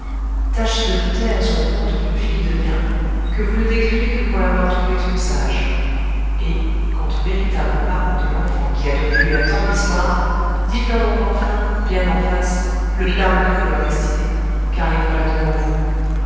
tâchez de vous taire sur le compte d'une fille de bien que vous ne décriez que pour l'avoir trouvée trop sage et quant aux véritables parents de l'enfant qui a donné lieu à tant d'histoires dites-leur donc enfin bien en face le blâme que vous leur destinez car les voilà devant vous